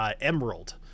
emerald